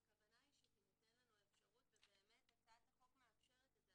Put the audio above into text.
הכוונה היא שתינתן לנו האפשרות ובאמת הצעת החוק מאפשרת זאת.